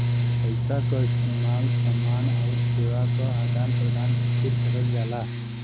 पइसा क इस्तेमाल समान आउर सेवा क आदान प्रदान खातिर करल जाला